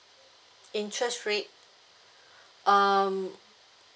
interest rate um